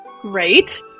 Great